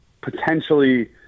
potentially